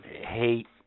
hate